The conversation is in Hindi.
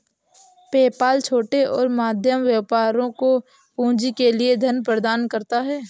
पेपाल छोटे और मध्यम व्यवसायों को पूंजी के लिए धन प्रदान करता है